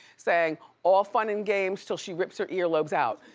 saying all fun and games til she rips her earlobes out.